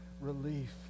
relief